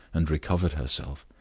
and recovered herself.